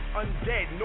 undead